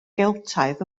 geltaidd